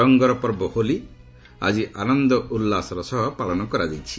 ରଙ୍ଗର ପର୍ବ ହୋଲି ଆକି ଆନନ୍ଦ ଉଲ୍ଲାସର ସହ ପାଳନ କରାଯାଇଛି